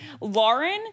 Lauren